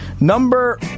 Number